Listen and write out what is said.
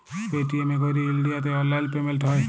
Paytm এ ক্যইরে ইলডিয়াতে অললাইল পেমেল্ট হ্যয়